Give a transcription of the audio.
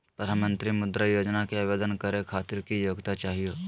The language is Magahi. प्रधानमंत्री मुद्रा योजना के आवेदन करै खातिर की योग्यता चाहियो?